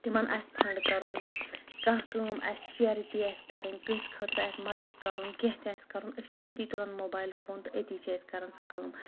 تِمن آسہِ فنٛڈ کرُن کانٛہہ کٲم آسہِ چیرٹی آسہِ کرٕنۍ کٲنٛسہِ خٲطرٕ آسہِ مدد کرُن کینٛہہ تہِ آسہِ کرُن أسۍ چھِ أتی تُلان موبایل فون أتی چھِ أسۍ کران سۄ کٲم